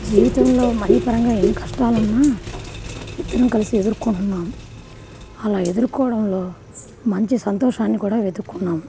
జీవితంలో మనీ పరంగా ఎన్ని కష్టాలున్నా ఇద్దరం కలిసి ఎదురుకుంటున్నాము అలా ఎదురుకోవడంలో మంచి సంతోషాన్ని కూడా వెతుక్కున్నాము